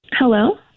Hello